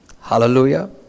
Hallelujah